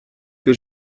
que